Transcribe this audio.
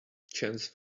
chance